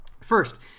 First